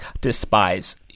despise